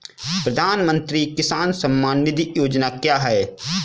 प्रधानमंत्री किसान सम्मान निधि योजना क्या है?